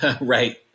Right